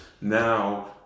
Now